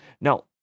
Now